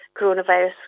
coronavirus